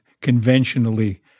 conventionally